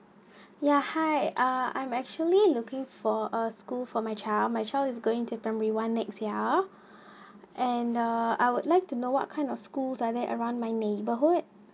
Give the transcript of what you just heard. ya hi uh I'm actually looking for a school for my child my child is going to primary one next year and the I would like to know what kind of schools are there around my neighbourhood